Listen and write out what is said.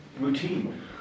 routine